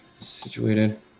situated